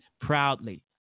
proudly